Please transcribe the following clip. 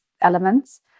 elements